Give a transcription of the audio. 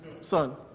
son